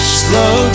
slow